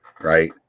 right